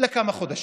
לכמה חודשים.